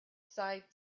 side